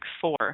four